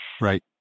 Right